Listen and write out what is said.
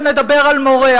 ונדבר על מורה,